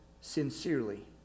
sincerely